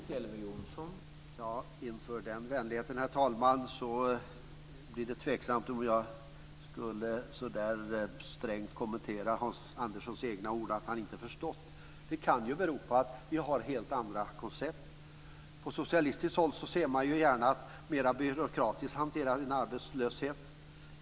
Herr talman! Inför den vänligheten är det tveksamt om jag ska strängt kommentera Hans Anderssons egna ord att han inte har förstått. Det kan bero på att vi har helt andra koncept. På socialistiskt håll ser man ju gärna en mer byråkratiskt hanterad arbetslöshet.